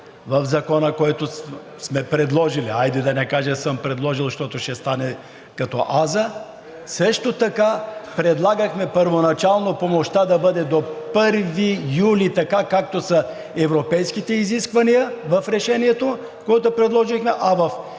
в Закона, който сме предложили, хайде, да не кажа: съм предложил, защото ще стане като „аз“, също така предлагахме първоначално помощта да бъде до 1 юли – така, както са европейските изисквания, в решението, което предложихме, а в